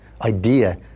idea